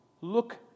Look